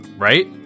Right